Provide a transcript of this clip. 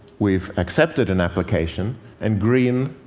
we've accepted an application and green,